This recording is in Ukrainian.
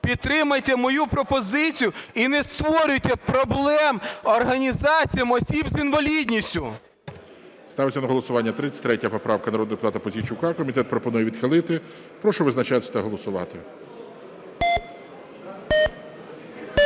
підтримайте мою пропозицію і не створюйте проблем організаціям осіб з інвалідністю. ГОЛОВУЮЧИЙ. Ставиться на голосування 33 правка народного депутата Пузійчука. Комітет пропонує відхилити. Прошу визначатися та голосувати.